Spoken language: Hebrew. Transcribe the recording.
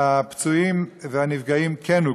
והפצועים והנפגעים כן הוכרו.